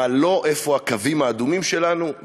מה לא, איפה הקווים האדומים שלנו.